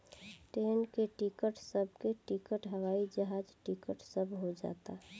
train के ticket, bus के ticket, हवाई जहाज टिकट सब हो जाता